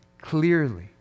clearly